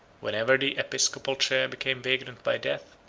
whenever the episcopal chair became vacant by death,